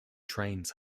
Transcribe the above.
trains